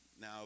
Now